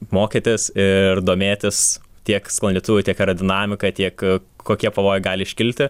mokytis ir domėtis tiek sklandytuvu tiek aerodinamika tiek kokie pavojai gali iškilti